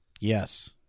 Yes